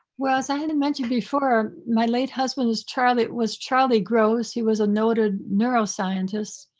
well, as i had and mentioned before, my late husband was charlie was charlie gross. he was a noted neuroscientist,